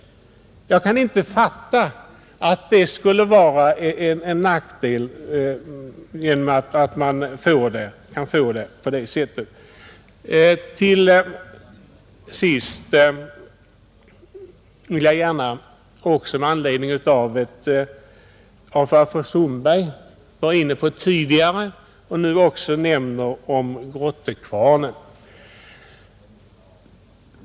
Jag kan inte fatta att det skulle vara en nackdel att få det på det sättet. Till sist vill jag gärna bemöta fru Sundberg, som både tidigare och nu senast har talat om grottekvarnen.